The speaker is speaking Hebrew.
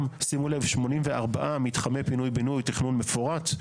שימו לב, 84 מתחמי פינוי בינוי, תכנון מפורט.